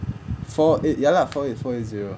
four eight ya lah four eight four eight zero